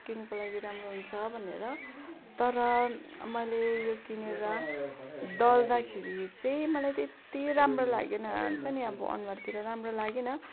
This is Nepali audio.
स्किनको लागि राम्रो हुन्छ भनेर तर मैले यो किनेर दल्दाखेरि चाहिँ मलाई त्यत्ति राम्रो लागेन हुन्छ नि अब अनुहारतिर राम्रो लागेन